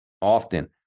often